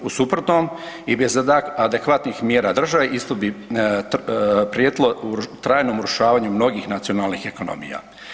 U suprotnom i bez adekvatnih mjera države isto bi prijetilo trajnom urušavanju mnogih nacionalnih ekonomija.